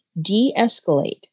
de-escalate